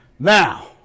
Now